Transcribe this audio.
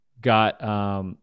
got